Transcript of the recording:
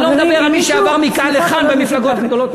אני לא מדבר על מי שעבר מכאן לכאן במפלגות הגדולות.